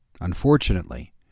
unfortunately